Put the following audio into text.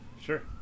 Sure